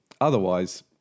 Otherwise